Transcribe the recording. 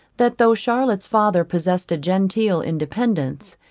that though charlotte's father possessed a genteel independence,